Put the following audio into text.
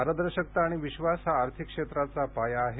पारदर्शकता आणि विश्वास हा आर्थिक क्षेत्राचा पाया आहे